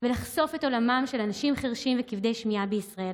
ולחשוף את עולמם של אנשים חירשים וכבדי שמיעה בישראל,